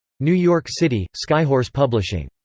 new york city skyhorse publishing.